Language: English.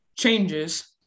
changes